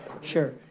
sure